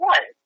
One